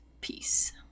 Peace